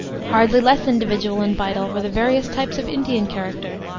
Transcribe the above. hardly less individual and vital were the various types of indian character,